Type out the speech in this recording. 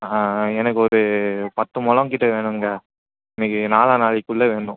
எனக்கு ஒரு பத்து முழம் கிட்டே வேணுங்க இன்றைக்கு நாலா நாளைக்குள்ள வேணும்